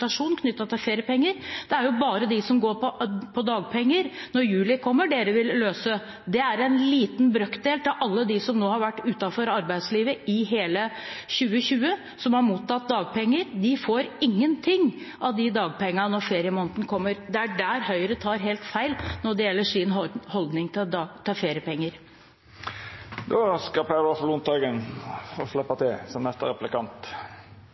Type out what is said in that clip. til feriepenger. Det er jo bare de som går på dagpenger når juli kommer, som dere vil løse dette for. Det er en liten brøkdel av alle de som har vært utenfor arbeidslivet i hele 2020, og som har mottatt dagpenger. De får ingenting av de dagpengene når feriemåneden kommer. Det er der Høyre tar helt feil når det gjelder sin holdning til